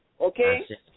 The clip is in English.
Okay